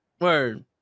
Word